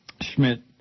Schmidt